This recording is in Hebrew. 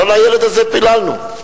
לא לילד הזה פיללנו.